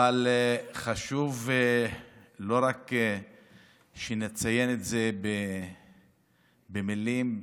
אבל חשוב לא רק שנציין את זה במילים,